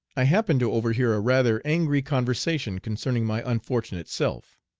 i happened to overhear a rather angry conversation concerning my unfortunate self.